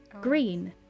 Green